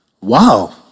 Wow